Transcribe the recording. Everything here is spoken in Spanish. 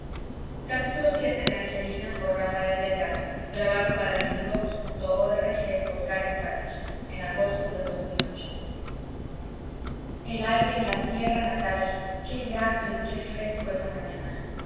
sangre en la sangre vii el aire de la tierra natal qué grato y qué fresco esa mañana